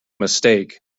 mistake